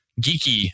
geeky